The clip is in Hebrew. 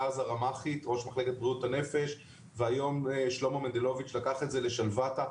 אז ראש מחלקת בריאות הנפש והיום שלמה מנדלוביץ' לקח את זה לשלוותה,